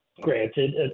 granted